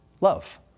love